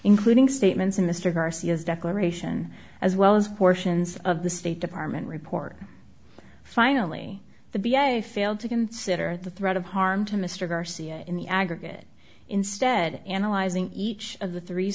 including statements in mr garcia's declaration as well as portions of the state department report finally the b s a failed to consider the threat of harm to mr garcia in the aggregate instead analyzing each of the three